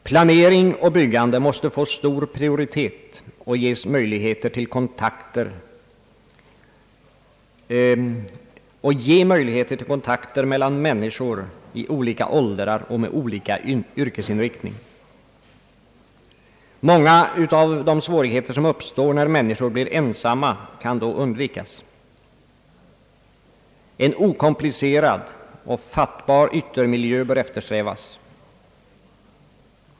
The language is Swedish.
Planering och byggande måste få hög prioritet och ge möjligheter till kontakter mellan människor i olika åldrar och med olika yrkesinriktning. Många av de svårigheter som uppstår när människor blir ensamma kan då undvikas. En okomplicerad och fattbar yttermiljö bör eftersträvas.